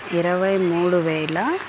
ఇరవై మూడు వేల